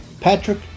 Patrick